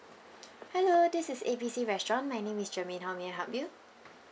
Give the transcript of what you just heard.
hello this is A B C restaurant my name is germaine how may I help you